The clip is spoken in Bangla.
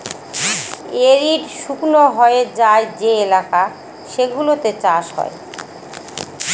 এরিড শুকনো হয়ে যায় যে এলাকা সেগুলোতে চাষ হয়